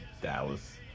Dallas